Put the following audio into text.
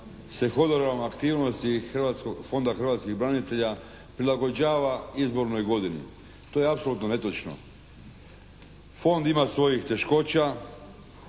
hrvatskog, Fonda hrvatskih branitelja prilagođava izbornoj godini. To je apsolutno netočno. Fond ima svojih teškoća